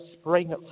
Spring